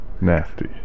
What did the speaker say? nasty